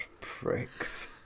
pricks